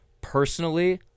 Personally